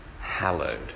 hallowed